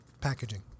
packaging